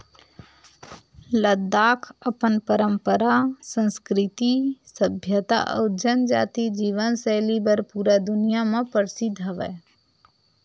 लद्दाख अपन पंरपरा, संस्कृति, सभ्यता अउ जनजाति जीवन सैली बर पूरा दुनिया म परसिद्ध हवय